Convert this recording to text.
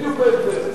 בדיוק ההבדל.